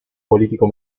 político